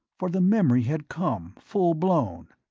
for the memory had come, full-blown